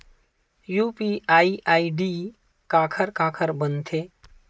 UPI ID काखर काखर बनथे?